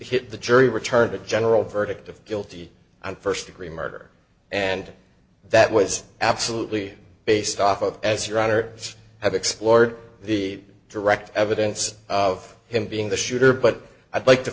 hit the jury returned the general verdict of guilty on st degree murder and that was absolutely based off of as your honor i have explored the direct evidence of him being the shooter but i'd like to